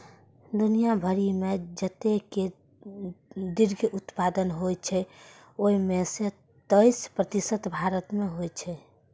दुनिया भरि मे जतेक दुग्ध उत्पादन होइ छै, ओइ मे सं तेइस प्रतिशत भारत मे होइ छै